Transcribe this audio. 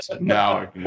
Now